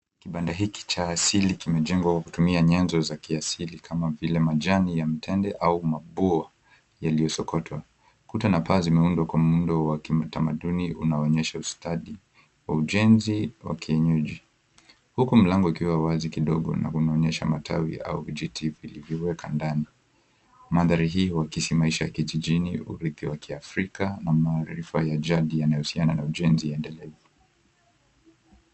Kibanda hiki cha razili kimejengwa kwa kutumia nyanza za kiasili kama vile majani ya mtende au mabuo yaliyosomotwa. Kuta na paa zimetundwa kwa muundo wa kitamaduni unaoonyesha ustadi wa ujenzi wa kienyeji. Huku mlango ukiwa wazi kidogo na kunaonyeaha matawi au vijiti vilivyowekwa ndani. Mandhari hii wakiishi maisha ya kijijini urithiwa kiafrika na maarifa ya jadi yanayohusiana na ujenzi endelevu.